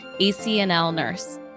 ACNLNurse